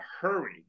hurry